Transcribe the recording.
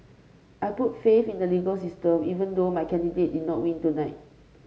I put faith in the legal system even though my candidate did not win tonight